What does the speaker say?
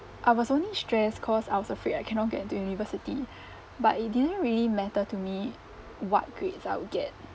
I was only stressed cause I was afraid I cannot get into university but it didn't really matter to me what grades I would get